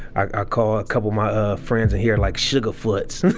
i call a couple of my ah friends in here like sugarfoots.